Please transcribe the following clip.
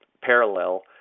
parallel